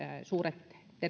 suuret